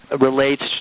relates